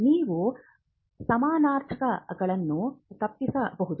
ನೀವು ಸಮಾನಾರ್ಥಕ ಗಳನ್ನು ತಪ್ಪಿಸಬಹುದು